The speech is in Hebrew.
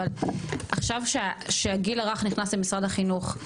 אבל עכשיו שהגיל הרך נכנס למשרד החינוך,